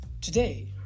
Today